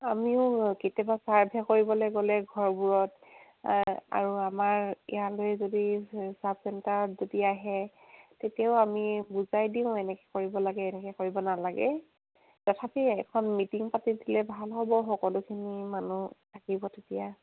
আমিও কেতিয়াবা ছাৰ্ভে কৰিবলৈ গ'লে ঘৰবোৰত আৰু আমাৰ ইয়ালৈ যদি ছাৰ্ভ চেণ্টাৰত যদি আহে তেতিয়াও আমি বুজাই দিওঁ এনেকৈ কৰিব লাগে এনেকৈ কৰিব নালাগে তথাপি এখন মিটিং পাতি দিলে ভাল হ'ব সকলোখিনি মানুহ থাকিব তেতিয়া